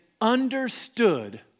understood